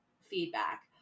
feedback